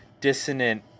dissonant